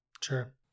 Sure